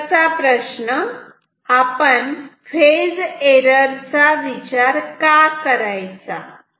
आता नंतरचा प्रश्न आपण फेज एरर चा विचार का करायचा